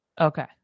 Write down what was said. okay